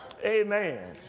amen